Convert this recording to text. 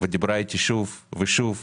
שדיברה איתי שוב ושוב ושוב,